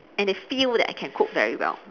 and they feel that I can cook very well